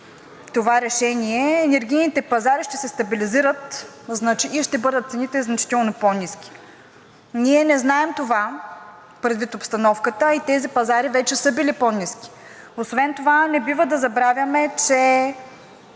това решение, енергийните пазари ще се стабилизират и цените ще бъдат значително по-ниски. Ние не знаем това предвид обстановката, а и тези пазари вече са били по-ниски. Освен това не бива да забравяме, че